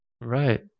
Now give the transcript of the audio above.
Right